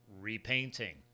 repainting